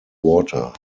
water